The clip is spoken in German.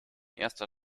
erster